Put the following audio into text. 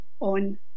on